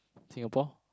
Singapore